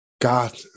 God